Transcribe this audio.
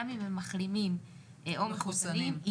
גם אם מחלימים או מחוסנים,